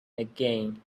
again